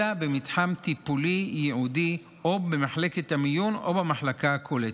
אלא במתחם טיפולי ייעודי או במחלקת המיון או במחלקה הקולטת.